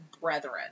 Brethren